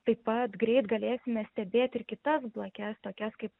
taip pat greit galėsime stebėt ir kitas blakes tokias kaip